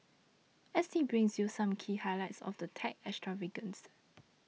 S T brings you some key highlights of the tech extravaganza